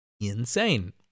insane